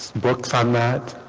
books on that